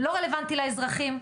לא רלוונטי לאזרחים.